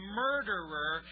murderer